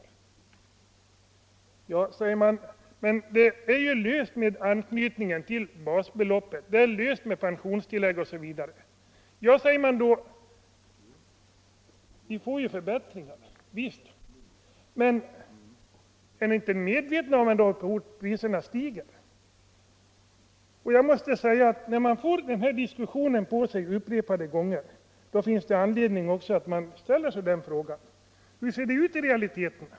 Man svarar att problemet är löst genom anknytningen till basbeloppet, genom pensionstillägg osv. Då invänder pensionärerna: Visst får vi förbättringar, men är ni inte medvetna om hur fort priserna stiger? När man upprepade gånger ställts inför dessa resonemang, finns det anledning att fråga sig: Hur ser det ut i realiteten?